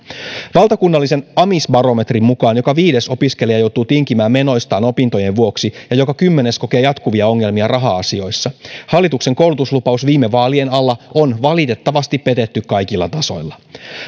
valtakunnallisen amisbarometrin mukaan joka viides opiskelija joutuu tinkimään menoistaan opintojen vuoksi ja joka kymmenes kokee jatkuvia ongelmia raha asioissa hallituksen koulutuslupaus viime vaalien alla on valitettavasti petetty kaikilla tasoilla